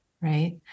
right